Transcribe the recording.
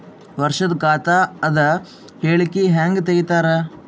ವರ್ಷದ ಖಾತ ಅದ ಹೇಳಿಕಿ ಹೆಂಗ ತೆಗಿತಾರ?